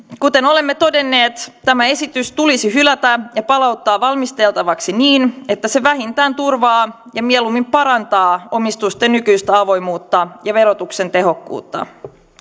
kuten olemme todenneet tämä esitys tulisi hylätä ja palauttaa valmisteltavaksi niin että se vähintään turvaa ja mieluummin parantaa omistusten nykyistä avoimuutta ja verotuksen tehokkuutta